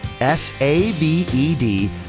S-A-V-E-D